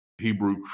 Hebrew